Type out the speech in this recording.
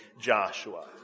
Joshua